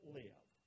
live